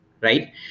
Right